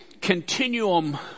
continuum